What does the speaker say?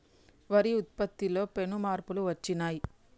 వరి ఉత్పత్తిలో పెను మార్పులు వచ్చినాయ్